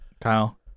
Kyle